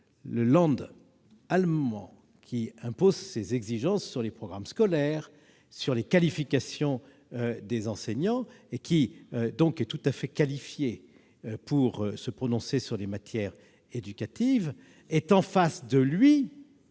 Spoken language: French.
le Land allemand, qui impose ses exigences sur les programmes scolaires, les qualifications des enseignants, qui est donc tout à fait qualifié pour se prononcer sur les matières éducatives, ait en face de lui